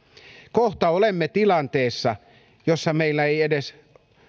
kohta olemme tilanteessa jossa meillä ei edes